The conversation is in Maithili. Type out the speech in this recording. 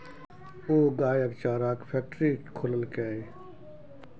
ओ गायक चाराक फैकटरी खोललकै